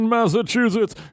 Massachusetts